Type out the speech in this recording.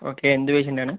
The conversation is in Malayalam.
ഓക്കെ എന്ത് പേഷ്യന്റാണ്